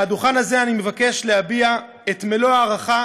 מהדוכן הזה אני מבקש להביע את מלוא ההערכה